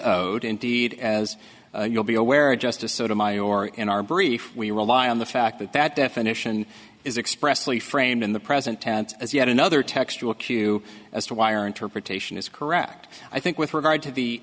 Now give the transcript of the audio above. owed indeed as you'll be aware of justice sotomayor in our brief we rely on the fact that that definition is expressly framed in the present tense as yet another textual q as to why our interpretation is correct i think with regard to the